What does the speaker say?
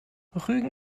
rügen